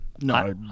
No